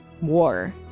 war